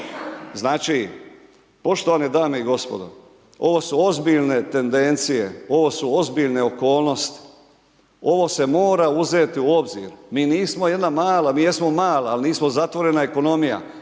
Znači, poštovane dame i gospodo ovo su ozbiljne tendencije, ovo su ozbiljne okolnosti. Ovo se mora uzeti u obzir. Mi nismo jedna mala, mi jesmo mala ali nismo zatvorena ekonomija.